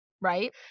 Right